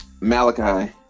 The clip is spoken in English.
Malachi